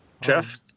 Jeff